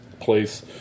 place